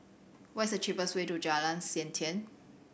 what's the cheapest way to Jalan Siantan